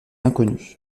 inconnu